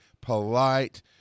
polite